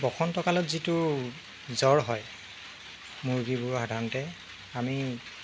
বসন্তকালত যিটো জ্বৰ হয় মুৰ্গীবোৰৰ সাধাৰণতে আমি